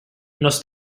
nos